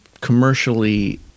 commercially